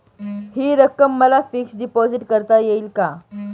हि रक्कम मला फिक्स डिपॉझिट करता येईल का?